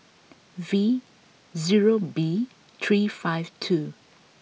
V zero B three five two